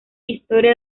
historia